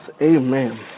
Amen